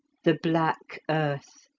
the black earth,